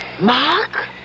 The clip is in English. Mark